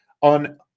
on